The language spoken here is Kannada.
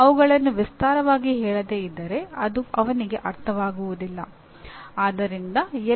ಮತ್ತು ಉನ್ನತ ಶಿಕ್ಷಣ ಮಟ್ಟದಲ್ಲಿ ಗುರಿಗಳು ಸಾರ್ವತ್ರಿಕವಲ್ಲ